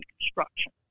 construction